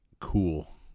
cool